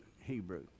Hebrew